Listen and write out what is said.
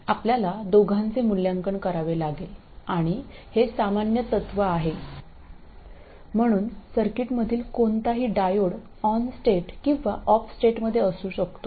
आपल्याला दोघांचे मूल्यांकन करावे लागेल आणि हे सामान्य तत्व आहे म्हणून सर्किटमधील कोणताही डायोड ON स्टेट किंवा OFF स्टेटमध्ये असू शकतो